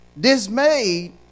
dismayed